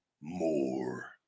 more